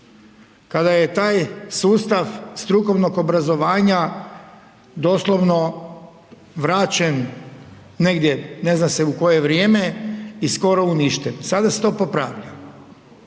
kada je taj sustav strukovnog obrazovanja doslovno vraćen negdje ne zna se u koje vrijeme i skoro uništen. Sada se to popravlja,